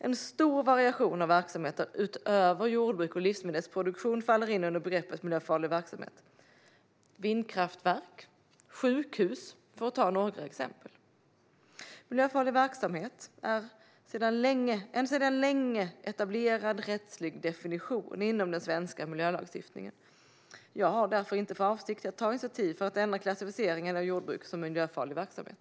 En stor variation av verksamheter utöver jordbruk och livsmedelsproduktion faller in under begreppet miljöfarlig verksamhet, till exempel vindkraftverk och sjukhus. Miljöfarlig verksamhet är en sedan länge etablerad rättslig definition inom den svenska miljölagstiftningen. Jag har därför inte för avsikt att ta initiativ till att ändra klassificeringen av jordbruk som miljöfarlig verksamhet.